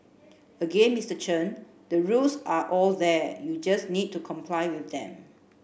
again Mr Chen the rules are all there you just need to comply with them